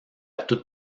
toute